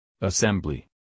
assembly